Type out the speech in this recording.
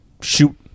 shoot